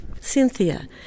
Cynthia